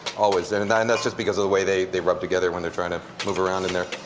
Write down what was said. always. and and and that's just because of the way they rub together when they're trying to move around in there.